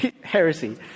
Heresy